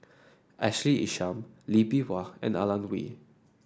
Ashley Isham Lee Bee Wah and Alan Oei